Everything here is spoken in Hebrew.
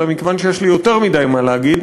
אלא מכיוון שיש לי יותר מדי להגיד,